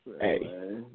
Hey